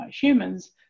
humans